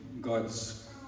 God's